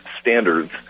standards